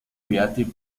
creative